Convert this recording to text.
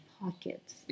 pockets